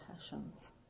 Sessions